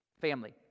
family